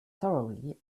thoroughly